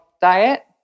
diet